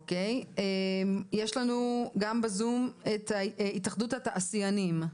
אוקיי, יש לנו גם בזום את התאחדות התעשיינים,